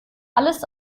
alles